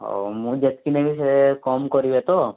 ହେଉ ମୁଁ ଯେତିକି ନେବି ସେ କମ୍ କରିବେ ତ